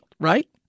right